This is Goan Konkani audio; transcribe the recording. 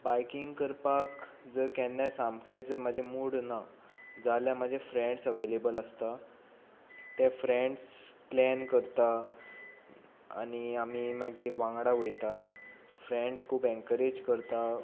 बायकींग करपाक केन्नाय सामकेंच जर म्हजो मूड ना जाल्यार म्हजे फ्रेंड्स अवेलेबल आसता ते फ्रेंड्स प्लॅन करता आनी आमी मागीर वांगडा वयता फ्रेंड्स खूब एनकरेज करतात